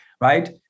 right